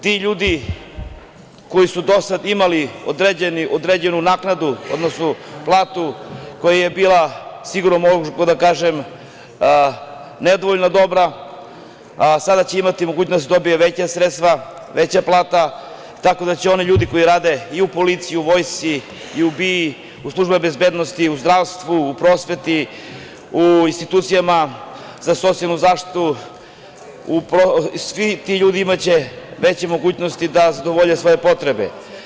Ti ljudi koji su do sada imali određenu naknadu, odnosno platu, koja je bila, sigurno mogu da kažem nedovoljno dobra, sada će imati mogućnost da dobiju veća sredstva, veće plate, tako da će oni ljudi koji rade i u policiji i u Vojsci i BIA-i, u službama bezbednosti, u zdravstvu, u prosveti, u institucijama za socijalnu zaštitu, svi ti ljudi će imati veće mogućnosti da zadovolje svoje potrebe.